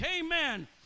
Amen